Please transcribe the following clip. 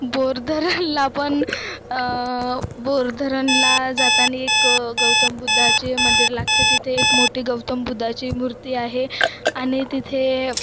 bore धरणला पण बोर धरणला जाताना एक गौतम बुद्धाचे मंदिर लागते तिथे एक मोठी गौतम बुद्धाची मूर्ती आहे आणि तिथे